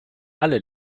alle